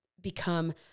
become